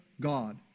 God